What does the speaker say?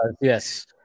Yes